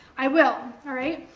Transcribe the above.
i will right.